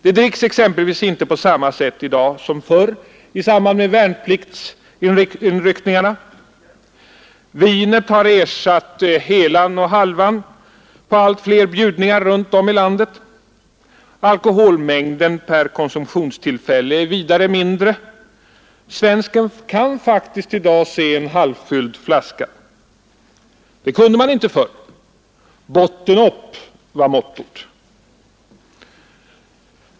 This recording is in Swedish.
Det dricks exempelvis inte på samma sätt i dag som förr i samband med värnpliktsinryckningarna. Vinet har ersatt helan och halvan på allt fler bjudningar runt om i landet. Alkoholmängden per konsumtionstillfälle är vidare mindre. Svensken kan faktiskt i dag se en halvfylld flaska — det kunde man inte förr. ”Botten opp! ” var mottot.